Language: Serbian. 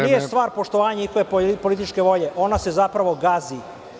Nije stvar poštovanje njihove političke volje, ona se zapravo gazi.